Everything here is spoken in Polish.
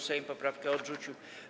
Sejm poprawkę odrzucił.